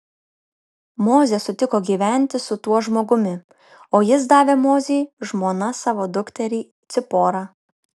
mozė sutiko gyventi su tuo žmogumi o jis davė mozei žmona savo dukterį ciporą